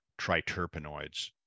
triterpenoids